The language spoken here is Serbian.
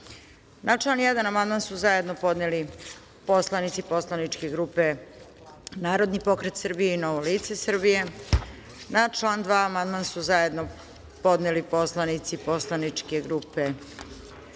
član 3. amandman su zajedno podneli narodni poslanici poslaničke grupe Narodni pokret Srbije – Novo lice Srbije. Na član 4. amandman su zajedno podneli narodni poslanici poslaničke grupe Narodni pokret Srbije